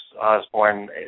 Osborne